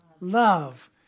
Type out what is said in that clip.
love